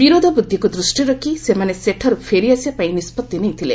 ବିରୋଧ ବୃଦ୍ଧିକୁ ଦୃଷ୍ଟିରେ ରଖି ସେମାନେ ସେଠାରୁ ଫେରି ଆସିବାପାଇଁ ନିଷ୍କଭି ନେଇଥିଲେ